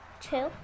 two